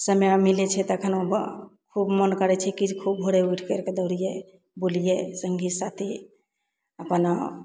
समय मिलय छै तखन खूब मोन करय छै की जे खूब भोरे उठिके दौड़ियै बूलियै सङ्गी साथी अपन